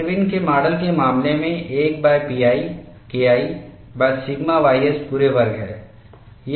इरविनIrwin's के माडल के मामले में 1pi KIसिग्मा ys पूरे वर्ग है